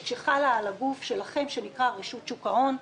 שחלה על הגוף שלכם שנקרא רשות שוק ההון.